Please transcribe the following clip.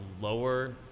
lower